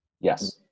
Yes